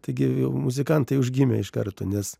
taigi jau muzikantai užgimę iš karto nes